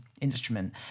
instrument